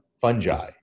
fungi